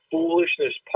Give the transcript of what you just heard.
Foolishness